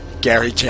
Gary